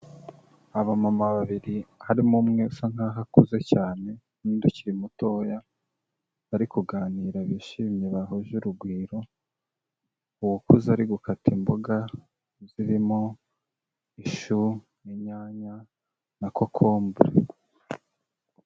Abamama babiri harimo umwe usa nkaho akuze cyane, n'undi ukiri mutoya bari kuganira bishimye bahuje urugwiro, uwakuze ari gukata imboga zirimo ishu, inyanya na kokombure.